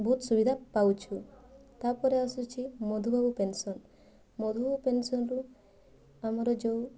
ବହୁତ ସୁବିଧା ପାଉଛୁ ତା'ପରେ ଆସୁଛି ମଧୁବାବୁ ପେନ୍ସନ୍ ମଧୁବାବୁ ପେନ୍ସନ୍ରୁ ଆମର ଯେଉଁ